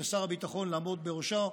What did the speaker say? ושר הביטחון יעמוד בראשה,